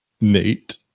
Nate